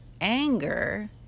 anger